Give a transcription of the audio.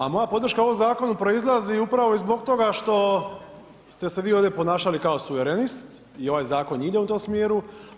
A moja podrška ovom zakonu proizlazi upravo i zbog toga što ste se vi ovdje ponašali kao suverenist i ovaj zakon ide u tom smjeru.